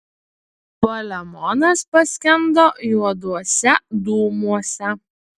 palemonas paskendo juoduose dūmuose